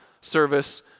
service